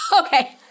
Okay